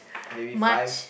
maybe five